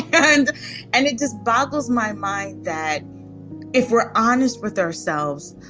and and it just boggles my mind that if we're honest with ourselves,